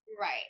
Right